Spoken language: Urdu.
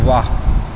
واہ